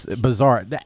Bizarre